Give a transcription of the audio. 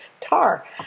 tar